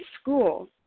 school